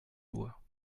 loi